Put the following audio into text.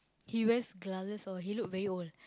he wears glasses orh he look very old